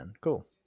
Cool